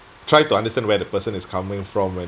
try to understand where the person is coming from when